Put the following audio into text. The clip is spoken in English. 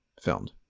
filmed